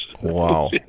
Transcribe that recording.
Wow